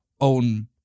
own